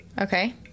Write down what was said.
Okay